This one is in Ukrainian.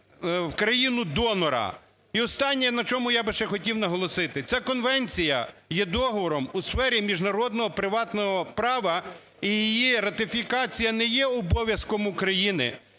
в країну-донора. І останнє, на чому я би ще хотів наголосити. Ця конвенція є договором у сфері міжнародного приватного права, і її ратифікація не є обов'язковим України,